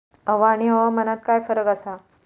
हवा आणि हवामानात काय फरक असा?